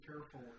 careful